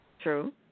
True